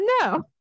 no